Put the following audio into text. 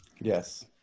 Yes